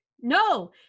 No